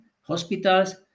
hospitals